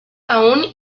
aún